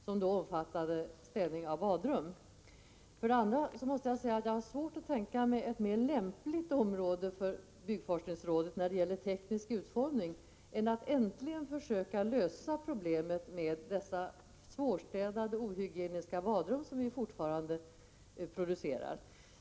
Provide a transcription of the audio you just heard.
I avhandlingen behandlades städning av badrum. För det andra måste jag säga att jag har svårt att tänka mig ett mer lämpligt område för byggforskningsrådet när det gäller teknisk utformning. Här gäller det ett försök att äntligen lösa problemet med dessa svårstädade och ohygieniska badrum som vi fortfarande producerar.